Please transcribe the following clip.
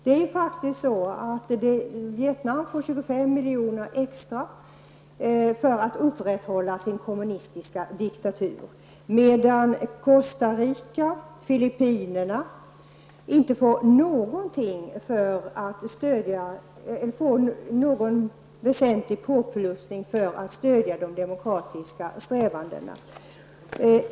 Det är faktiskt så att Vietnam får 25 miljoner extra för att upprätthålla sin kommunistiska diktatur, medan Costa Rica och Filippinerna inte får någon väsentlig påplussning för att stödja de demokratiska strävandena.